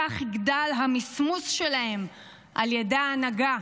כך יגדל המסמוס שלהם על ידי ההנהגה.